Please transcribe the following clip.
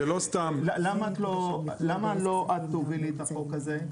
למה שלא את תובילי את החוק הזה?